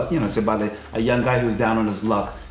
you know it's about a ah young guy who was down on his luck,